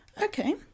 Okay